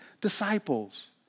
disciples